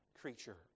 creature